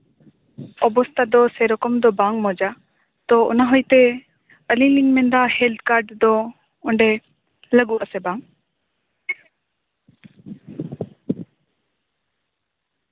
ᱚᱵᱚᱥᱛᱟ ᱫᱚ ᱥᱮᱨᱚᱠᱚᱢ ᱫᱚ ᱵᱟᱝ ᱢᱚᱡᱟ ᱛᱚ ᱚᱱᱟ ᱦᱳᱭᱛᱮ ᱟᱹᱞᱤᱧ ᱞᱤᱧ ᱢᱮᱱᱫᱟ ᱦᱮᱞᱛᱷ ᱠᱟᱨᱰ ᱫᱚ ᱚᱸᱰᱮ ᱞᱟᱹᱜᱩᱜ ᱟᱥᱮ ᱵᱟᱝ